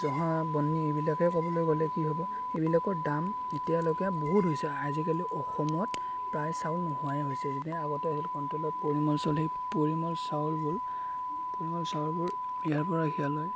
জহা বন্নি এইবিলাকে ক'বলৈ গ'লে কি হ'ব এইবিলাকৰ দাম এতিয়ালৈকে বহুত হৈছে আজিকালি অসমত প্ৰায় চাউল নোহোৱাই হৈছে এনেই আগতে কন্টলত পৰিমল চলে পৰিমল চাউলবোৰ পৰিমল চাউলবোৰ ইয়াৰ পৰা সিয়ালৈ